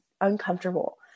uncomfortable